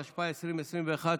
התשפ"א 2021,